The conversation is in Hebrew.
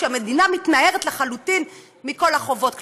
כי המדינה מתנערת לחלוטין מכל החובות כלפיהם.